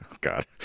God